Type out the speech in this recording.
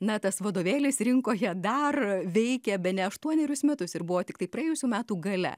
na tas vadovėlis rinkoje dar veikė bene aštuonerius metus ir buvo tiktai praėjusių metų gale